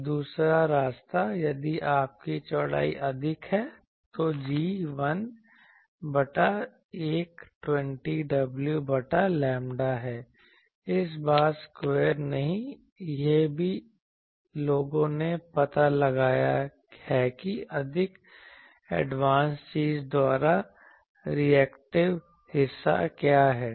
और दूसरा रास्ता यदि आपकी चौड़ाई अधिक है तो G 1 बटा 120 w बटा लैम्बडा है इस बार स्क्वायर नहीं यह भी लोगों ने पता लगाया है कि अधिक एडवांस चीज द्वारा रिएक्टिव हिस्सा क्या है